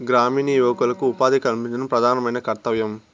గ్రామీణ యువకులకు ఉపాధి కల్పించడం ప్రధానమైన కర్తవ్యం